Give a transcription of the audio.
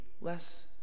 less